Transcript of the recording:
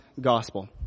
gospel